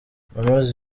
namaze